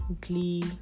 glee